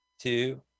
Two